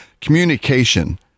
communication